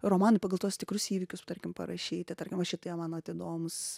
romanai pagal tuos tikrus įvykius tarkim parašyti tarkim vat šitie man vat įdomūs